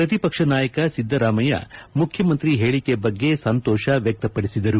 ಪ್ರತಿಪಕ್ಷ ನಾಯಕ ಸಿದ್ದರಾಮಯ್ಯ ಮುಖ್ಯಮಂತ್ರಿ ಹೇಳಿಕೆ ಬಗ್ಗೆ ಸಂತೋಷ ವ್ಯಕ್ತಪಡಿಸಿದರು